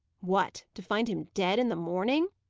what, to find him dead in the morning!